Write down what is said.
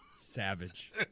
Savage